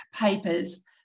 papers